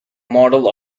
model